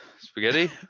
spaghetti